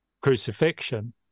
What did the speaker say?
crucifixion